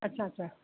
अच्छा अच्छा